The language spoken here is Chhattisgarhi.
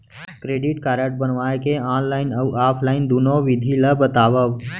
क्रेडिट कारड बनवाए के ऑनलाइन अऊ ऑफलाइन दुनो विधि ला बतावव?